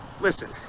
Listen